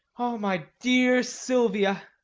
o my dear silvia!